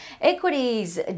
equities